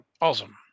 Awesome